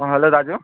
अँ हेलो दाजु